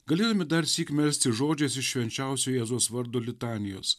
galėdami darsyk melstis žodžiais iš švenčiausio jėzaus vardo litanijos